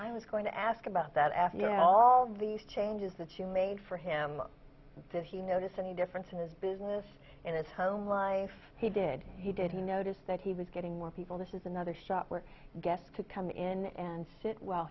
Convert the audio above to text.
i was going to ask about that after you know all these changes that you made for him did he notice any difference in his business in its home life he did he did he noticed that he was getting more people this is another shop where guests to come in and sit well